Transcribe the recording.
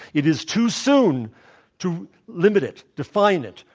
it is too soon to limit it, define it,